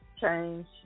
change